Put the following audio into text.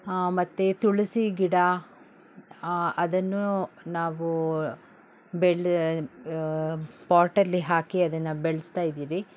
ಹಾ ಮತ್ತು ತುಳಸಿ ಗಿಡ ಅದನ್ನು ನಾವು ಬೆಳೆ ಪಾಟಲ್ಲಿ ಹಾಕಿ ಅದನ್ನು ಬೆಳೆಸ್ತಾಯಿದ್ದೀವಿ